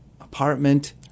apartment